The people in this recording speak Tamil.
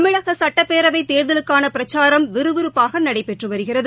தமிழக சுட்டப்பேரவைத் தோ்தலுக்கான பிரச்சாரம் விறுவிறுப்பாக நடைபெற்று வருகிறது